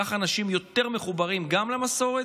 כך אנשים יותר מחוברים גם למסורת,